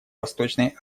восточной